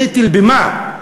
נטל במה?